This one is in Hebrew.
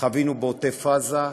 חווינו בעוטף-עזה,